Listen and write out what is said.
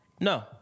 No